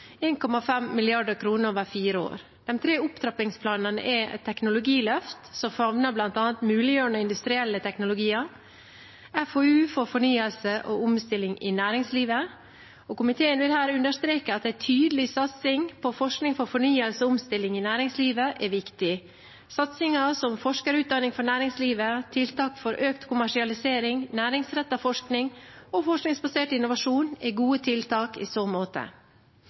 over fire år. De tre opptrappingsplanene er: Et teknologiløft som favner bl.a. muliggjørende industrielle teknologier. FoU for fornyelse og omstilling i næringslivet. Komiteen vil her understreke at en tydelig satsing på forskning for fornyelse og omstilling i næringslivet er viktig. Satsinger som forskerutdanning for næringslivet, tiltak for økt kommersialisering, næringsrettet forskning og forskningsbasert innovasjon er gode tiltak i så måte.